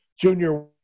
Junior